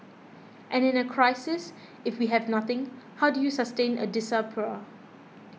and in a crisis if we have nothing how do you sustain a diaspora